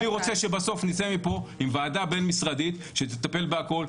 אני רוצה שבסוף נצא מפה עם ועדה בין-משרדית שתטפל בהכל,